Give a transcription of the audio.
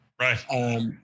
Right